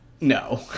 No